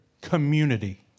community